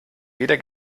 weder